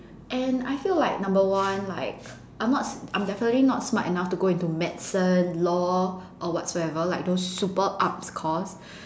and I feel like number one like I'm not s~` I'm definitely not smart enough to go into medicine law or whatsoever like those super up's course